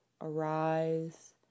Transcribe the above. arise